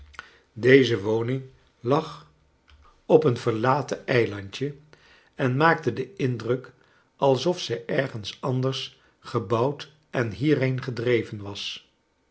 deze woning lag op een verlaten charles dickens eilandje en maakte den indruk alsof ze ergens anders gebouwd en hierheen gedreven was